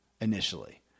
initially